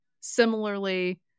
similarly